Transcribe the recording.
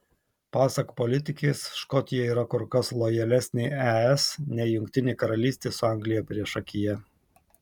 pasak politikės škotija yra kur kas lojalesnė es nei jungtinė karalystė su anglija priešakyje